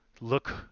look –